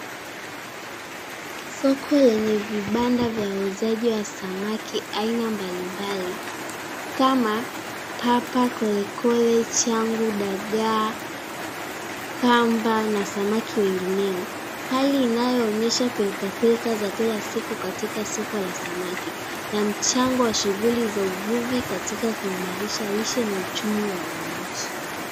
Soko lenye vibanda vya wauzaji wa samaki aina mbalimbali kama papa, kolekole, changu, dagaa, kamba na samaki wengineo. Hali inayoonyesha pilkapila za kila siku katika soko la samaki na mchango wa shughuli za uvuvi katika kuimarisha lishe na uchumi wa wananchi.